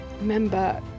remember